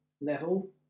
level